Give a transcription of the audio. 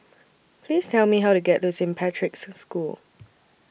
Please Tell Me How to get to Saint Patrick's School